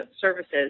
services